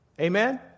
Amen